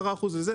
10% לזה,